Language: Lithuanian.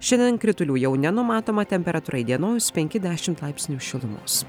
šiandien kritulių jau nenumatoma temperatūra įdienojus penki dešimt laipsnių šilumos